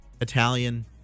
Italian